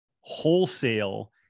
wholesale